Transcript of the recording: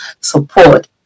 support